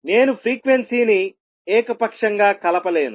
నేను ఫ్రీక్వెన్సీని ఏకపక్షంగా కలపలేను